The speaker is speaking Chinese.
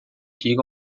提供